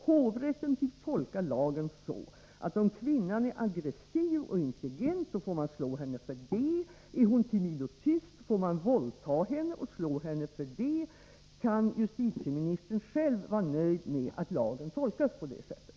Hovrätten tycks tolka lagen så, att om kvinnan är aggressiv och intelligent, så får man slå henne för det. Är hon timid och tyst, får man våldta henne och slå henne för det. Kan justitieministern själv vara nöjd med att lagen tolkas på det sättet?